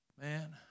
man